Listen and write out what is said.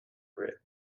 grip